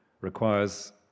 requires